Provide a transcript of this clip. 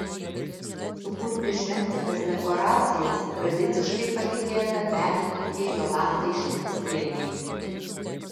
sukurti šventines dekoracijas tradiciškai patikėta menininkei jolantai šmidtienei